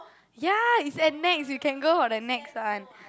ya it's at Nex we can go for the Nex one